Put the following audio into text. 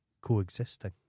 Coexisting